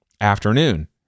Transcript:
afternoon